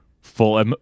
full